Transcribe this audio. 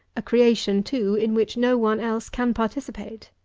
a creation, too, in which no one else can participate.